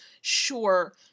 Sure